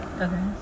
Okay